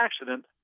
accident